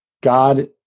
God